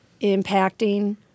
impacting